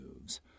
moves